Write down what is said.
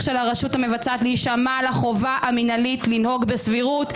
של הרשות המבצעת להישמע לחובה המינהלית לנהוג בסבירות.